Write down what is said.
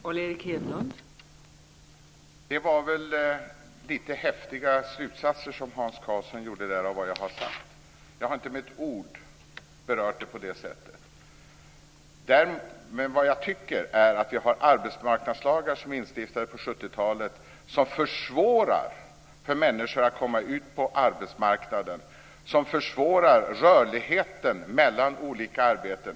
Fru talman! Det var väl lite häftiga slutsatser som Hans Karlsson drog av vad jag har sagt. Jag har inte med ett ord berört det på det sättet. Vi har arbetsmarknadslagar som är instiftade på 70-talet som försvårar för människor att komma ut på arbetsmarknaden och rörligheten mellan olika arbeten.